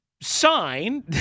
sign